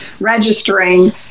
registering